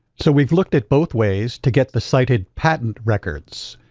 so we've looked at both ways to get the cited patent records.